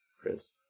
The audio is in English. Chris